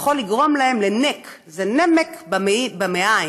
יכול להיגרם ל-NEC, נמק במעיים,